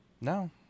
no